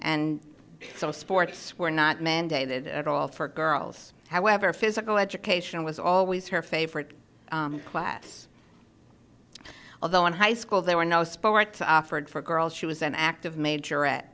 and so sports were not mandated at all for girls however physical education was always her favorite ques although in high school there were no sports offered for girls she was an active major